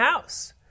house